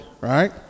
right